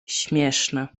śmieszne